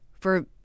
for-